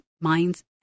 Minds